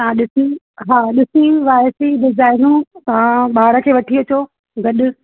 तव्हां ॾिसी हा ॾिसी वाइरसी डिजाइनियूं हा ॿार खे वठी अचो गॾु